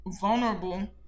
vulnerable